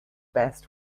best